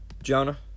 Jonah